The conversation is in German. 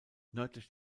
nördlich